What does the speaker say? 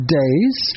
days